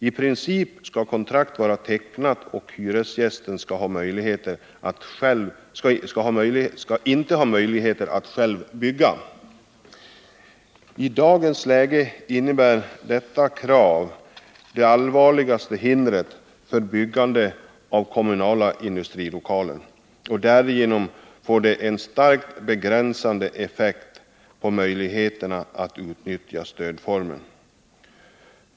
I princip sKall kontrakt vara tecknat, och hyresgästen skall inte ha möjlighet att själv bygga. I dagens läge innebär detta krav det allvarligaste hindret för byggande av kommunala industrilokaler, och därigenom får det en starkt begränsande effekt på möjligheterna att utnyttja stödformen.